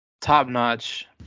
top-notch